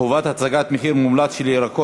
חובת הצגת מחיר מומלץ של ירקות),